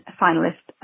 finalist